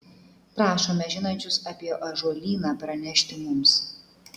prašome žinančius apie ąžuolyną pranešti mums